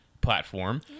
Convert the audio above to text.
platform